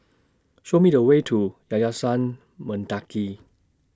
Show Me The Way to Yayasan Mendaki